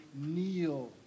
kneel